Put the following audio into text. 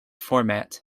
format